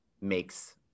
makes